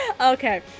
Okay